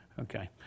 Okay